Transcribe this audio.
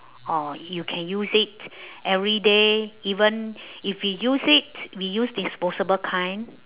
or you can use it everyday even if we use it we use disposable kind